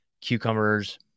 cucumbers